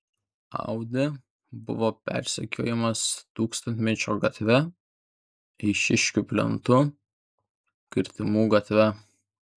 audi buvo persekiojamas tūkstantmečio gatve eišiškių plentu kirtimų gatve